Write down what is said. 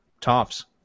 tops